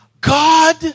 God